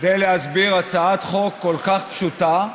כדי להסביר הצעת חוק כל כך פשוטה,